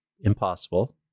impossible